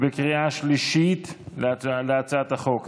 בקריאה השלישית על הצעת החוק.